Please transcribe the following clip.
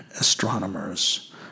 astronomers